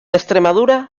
extremadura